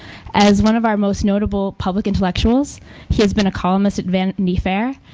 as one of our most notable public intellectuals, he has been a columnist at vanity fair,